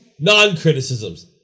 Non-criticisms